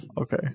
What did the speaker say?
okay